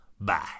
Bye